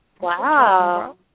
Wow